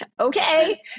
okay